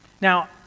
Now